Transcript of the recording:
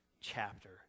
chapter